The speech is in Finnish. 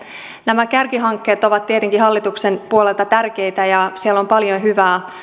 nämä kärkihankkeet ovat tietenkin hallituksen puolelta tärkeitä ja siellä on paljon hyvää